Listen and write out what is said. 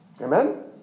amen